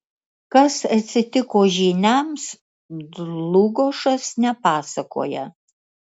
kas atsitiko žyniams dlugošas nepasakoja